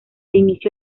inicio